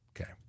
Okay